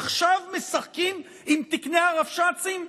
עכשיו משחקים עם תקני הרבש"צים?